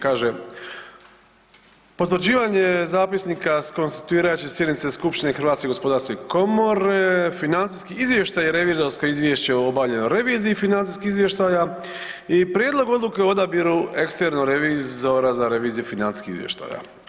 Kaže potvrđivanje Zapisnika s konstituirajuće sjednice Skupštine HGK, financijski izvještaji, Revizorsko izvješće o obavljenoj reviziji financijskih izvještaja i prijedlog Odluke o odabiru eksternog revizora za reviziju financijskih izvještaja.